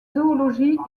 zoologie